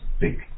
big